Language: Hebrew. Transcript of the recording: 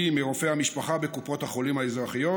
מרופאי המשפחה בקופות החולים האזרחיות,